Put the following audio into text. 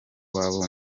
wabo